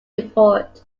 report